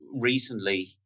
recently